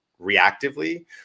reactively